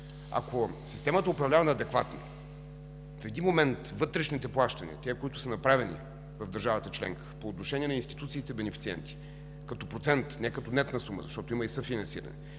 Ако системата е управлявана адекватно, в един момент вътрешните плащания, тези, които са направени в държавата членка по отношение на институциите бенефициенти, като процент, не като нетна сума, защото има и съфинансиране,